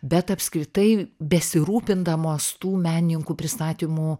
bet apskritai besirūpindamos tų menininkų pristatymu